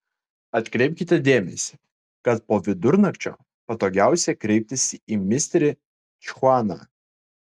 atkreipkite dėmesį kad po vidurnakčio patogiausia kreiptis į misterį chuaną